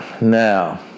Now